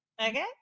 Okay